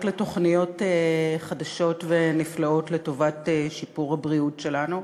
על תוכניות חדשות ונפלאות לטובת שיפור הבריאות שלנו,